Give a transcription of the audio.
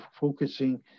focusing